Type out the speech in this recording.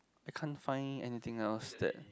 I can't find anything else that